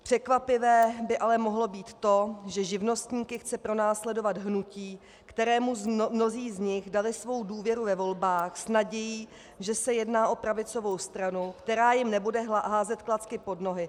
Překvapivé by ale mohlo být to, že živnostníky chce pronásledovat hnutí, kterému mnozí z nich dali svou důvěru ve volbách s nadějí, že se jedná o pravicovou stranu, která jim nebude házet klacky pod nohy.